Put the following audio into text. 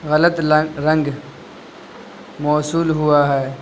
غلط رنگ موصول ہوا ہے